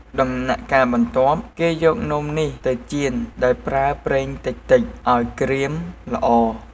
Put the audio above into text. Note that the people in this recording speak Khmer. ដំណាក់កាលបន្ទាប់ គេយកនំនេះទៅចៀនដោយប្រើប្រេងតិចៗឱ្យក្រៀមល្អ។